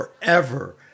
forever